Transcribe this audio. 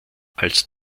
als